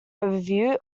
overview